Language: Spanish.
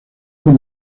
los